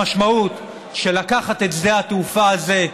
המשמעות של לקחת את שדה התעופה הזה,